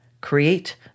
create